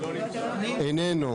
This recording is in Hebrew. איננו.